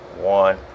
one